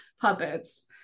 puppets